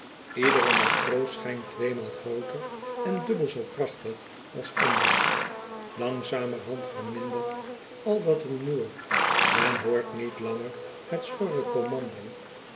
iedere matroos schijnt tweemaal grooter en dubbel zoo krachtig als anders langzamerhand verminderd al dat rumoer men hoort niet langer het schorre commando